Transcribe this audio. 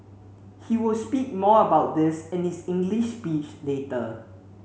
he will speak more about this in his English speech later